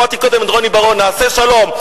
שמעתי קודם את רוני בר-און: נעשה שלום.